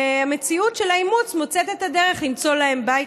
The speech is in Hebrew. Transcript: המציאות של האימוץ מוצאת את הדרך למצוא להם בית